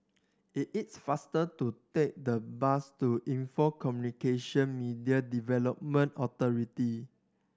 it is faster to take the bus to Info Communications Media Development Authority